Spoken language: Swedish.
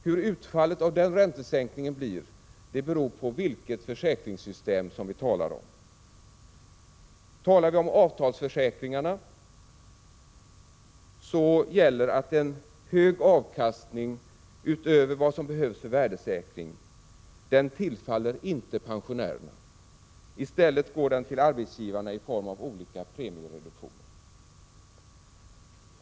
Hur utfallet av den räntesänkningen blir beror på vilket försäkringssystem som vi talar om. Talar vi om avtalsförsäkringarna, gäller att en hög avkastning utöver vad som behövs för värdesäkring inte tillfaller pensionärerna. I stället går den till arbetsgivarna i form av olika premiereduktioner.